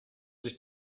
sich